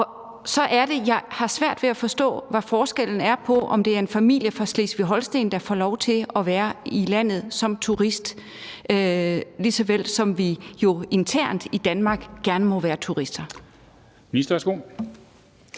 jeg har svært ved at forstå, hvilken forskel det gør, at det er en familie fra Slesvig-Holsten, der får lov til at være i landet som turister, når vi internt i Danmark gerne må være turister.